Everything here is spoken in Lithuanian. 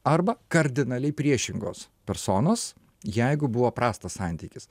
arba kardinaliai priešingos personos jeigu buvo prastas santykis